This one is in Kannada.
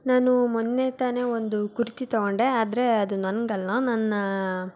ನಾನು ಮೊನ್ನೆ ತಾನೇ ಒಂದು ಕುರ್ತಿ ತೊಗೊಂಡೆ ಆದರೆ ಅದು ನನಗಲ್ಲ ನನ್ನ